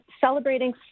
celebrating